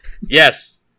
Yes